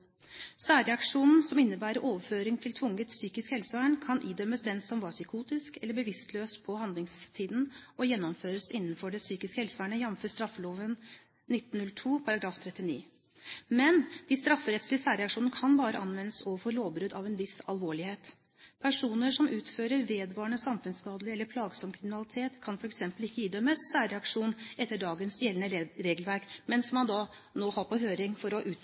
Særreaksjonen, som innebærer overføring til tvungent psykisk helsevern, kan idømmes den som var psykotisk eller bevisstløs på handlingstiden, og gjennomføres innenfor det psykiske helsevernet, jf. straffeloven 1902 § 39. Men de strafferettslige særreaksjonene kan bare anvendes overfor lovbrudd av en viss alvorlighet. Personer som utfører vedvarende samfunnsskadelig eller plagsom kriminalitet, kan f.eks. ikke idømmes særreaksjon etter dagens gjeldende regelverk, men det har man nå på høring for å